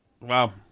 Wow